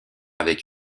avec